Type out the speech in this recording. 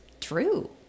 true